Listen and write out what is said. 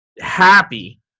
happy